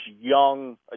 young